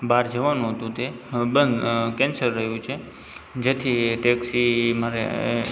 બહાર જવાનું હતું તે બંધ કૅન્સલ રહ્યું છે જેથી ટૅક્ષી મારે